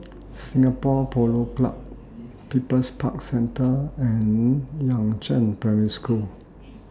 Singapore Polo Club People's Park Centre and Yangzheng Primary School